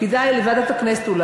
תעבירו את זה לוועדת הכנסת.